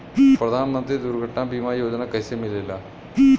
प्रधानमंत्री दुर्घटना बीमा योजना कैसे मिलेला?